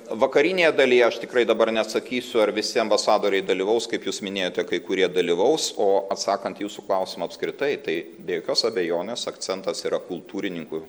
vakarinėje dalyje aš tikrai dabar neatsakysiu ar visi ambasadoriai dalyvaus kaip jūs minėjote kai kurie dalyvaus o atsakant į jūsų klausimą apskritai tai be jokios abejonės akcentas yra kultūrininkų